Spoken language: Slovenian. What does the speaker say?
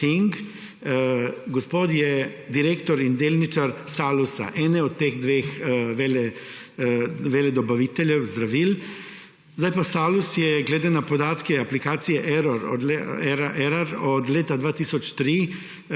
Gospod je direktor in delničar Salusa, enega od teh dveh veledobaviteljev zdravil. Salus je glede na podatke aplikacije Erar od leta 2003